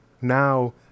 Now